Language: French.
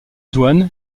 douanes